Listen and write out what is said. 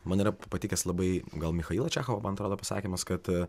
man yra patikęs labai gal michailo čechovo man atrodo pasakymas kad